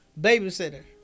babysitter